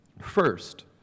First